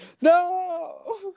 No